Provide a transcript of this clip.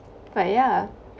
but yeah